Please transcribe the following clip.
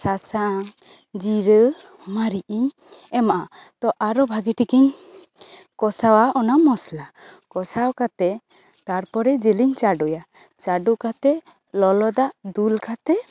ᱥᱟᱥᱟᱝ ᱡᱤᱨᱟᱹ ᱢᱟᱨᱤᱡᱽ ᱤᱧ ᱮᱢᱟᱜᱼᱟ ᱟᱨᱚ ᱵᱷᱟᱹᱜᱤ ᱴᱷᱤᱠ ᱤᱧ ᱠᱚᱥᱟᱣᱟ ᱚᱱᱟ ᱢᱚᱥᱞᱟ ᱠᱚᱥᱟᱣ ᱠᱟᱛᱮ ᱛᱟᱨᱯᱚᱨᱮ ᱡᱤᱞᱤᱧ ᱪᱟᱹᱰᱩᱭᱟ ᱪᱟᱹᱰᱩᱠᱟᱛᱮ ᱞᱚᱞᱚ ᱫᱟᱜ ᱫᱩᱞ ᱠᱟᱛᱮ